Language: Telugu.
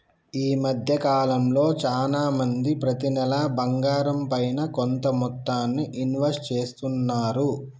ఈ మద్దె కాలంలో చానా మంది ప్రతి నెలా బంగారంపైన కొంత మొత్తాన్ని ఇన్వెస్ట్ చేస్తున్నారు